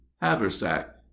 haversack